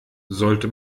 sollte